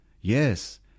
Yes